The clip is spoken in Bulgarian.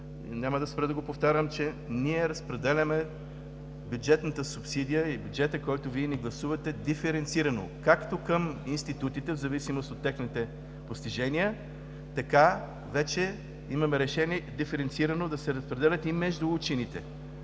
няма да спра да го повтарям, че ние разпределяме бюджетната субсидия и бюджета, който Вие ни гласувате диференцирано, както към институтите в зависимост от техните постижения, така вече имаме решение диференцирано да се разпределят и между учените.